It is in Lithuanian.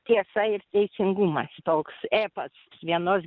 tiesa ir teisingumas toks epas vienos